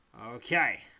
Okay